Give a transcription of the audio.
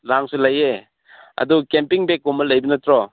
ꯂꯥꯡꯁꯨ ꯂꯩꯌꯦ ꯑꯗꯣ camping bag ꯀꯨꯝꯕ ꯂꯩꯕ ꯅꯠꯇ꯭ꯔꯣ